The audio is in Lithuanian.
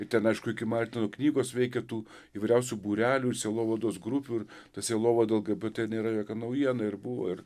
ir ten aišku iki martino knygos veikė tų įvairiausių būrelių ir sielovados grupių ir ta sielovada lgbt nėra jokia naujiena ir buvo ir